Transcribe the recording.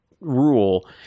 rule